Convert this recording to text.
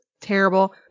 terrible